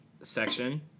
section